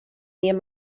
near